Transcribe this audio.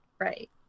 right